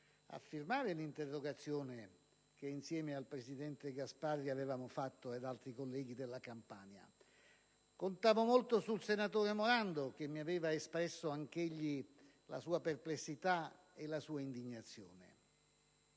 a firmare l'interrogazione che ho presentato insieme al presidente Gasparri e ad altri colleghi campani. Contavo molto sul senatore Morando, che mi aveva espresso anch'egli la sua perplessità e la sua indignazione.